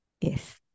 Yes